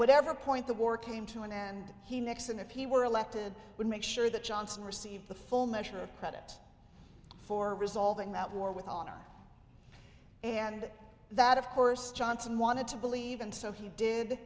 whatever point the war came to an end he nixon if he were elected would make sure that johnson receive the full measure of credit for resolving that war with honor and that of course johnson wanted to believe and so he did